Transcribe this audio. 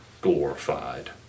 glorified